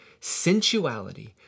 sensuality